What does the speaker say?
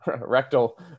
rectal